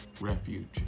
Refuge